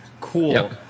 cool